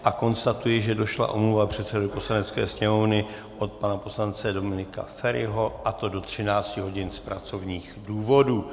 A konstatuji, že došla omluva předsedovi Poslanecké sněmovny od pana poslance Dominika Feriho, a to do 13 hodin z pracovních důvodů.